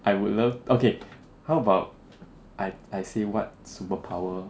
I would love okay how about I I say what superpower